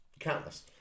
Countless